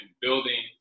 building